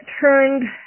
turned